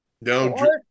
No